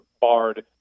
barred